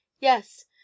Yes